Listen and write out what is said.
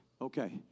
Okay